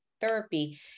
therapy